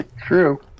True